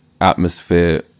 atmosphere